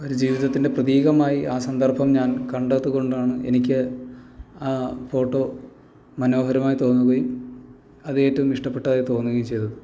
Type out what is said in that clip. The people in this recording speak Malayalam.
ഒരു ജീവിതത്തിൻ്റെ പ്രതീകമായി ആ സന്ദർഭം ഞാൻ കണ്ടത്കൊണ്ടാണ് എനിക്ക് ആ ഫോട്ടോ മനോഹരമായി തോന്നുകയും അത് ഏറ്റവും ഇഷ്ട്ടപ്പെട്ടതായി തോന്നുകയും ചെയ്തത്